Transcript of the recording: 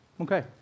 Okay